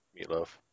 Meatloaf